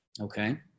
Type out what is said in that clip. okay